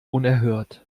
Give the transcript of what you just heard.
unerhört